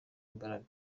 imbaraga